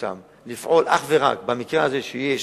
לפעול אך ורק במקרה שיש